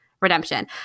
Redemption